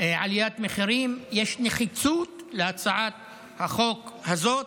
עליית מחירים, יש נחיצות בהצעת החוק הזאת.